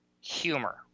humor